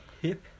hip